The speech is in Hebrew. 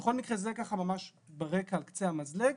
בכל מקרה, זה ככה ממש ברקע, על קצה המזלג.